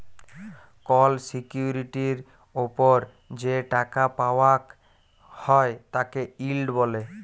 call সিকিউরিটির ওপর যে টাকা পাওয়াক হ্যয় তাকে ইল্ড ব্যলে